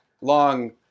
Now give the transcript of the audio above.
long